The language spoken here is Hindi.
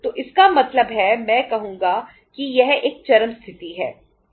तो इसका मतलब है मैं कहूंगा कि यह एक चरम स्थिति है